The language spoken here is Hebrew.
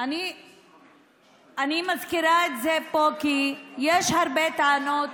אני מזכירה את זה פה כי יש הרבה טענות